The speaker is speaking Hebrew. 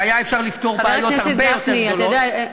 שהיה אפשר לפתור בעיות הרבה יותר גדולות.